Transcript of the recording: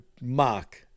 Mark